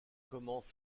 commence